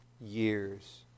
years